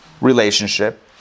relationship